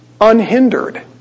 unhindered